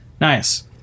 Nice